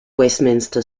westminster